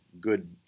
good